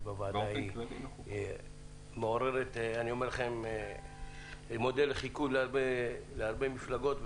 בוועדה שהיא מודל לחיקוי להרבה מפלגות,